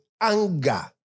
anger